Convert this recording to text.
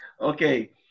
Okay